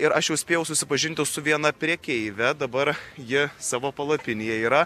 ir aš jau spėjau susipažinti su viena prekeive dabar ji savo palapinėje yra